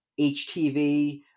HTV